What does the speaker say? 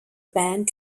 band